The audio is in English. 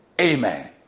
amen